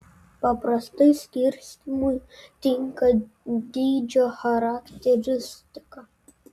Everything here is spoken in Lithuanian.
paprastai skirstymui tinka dydžio charakteristika